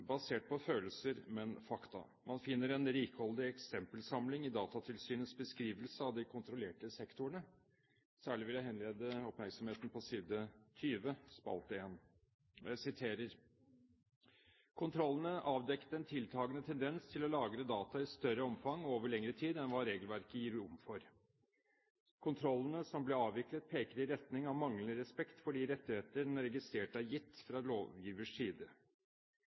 basert på følelser, men fakta. Man finner en rikholdig eksempelsamling i Datatilsynets beskrivelse av de kontrollerte sektorene. Jeg vil henlede oppmerksomheten på side 20, spalte 1: «Kontrollene avdekket en tiltagende tendens til å lagre data i større omfang og over lengre tid enn hva regelverket gir rom for. De to kontrollene som ble avviklet peker i retning av manglende respekt for de rettigheter den registrerte er gitt fra lovgivers side.»